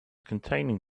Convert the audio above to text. containing